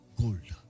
gold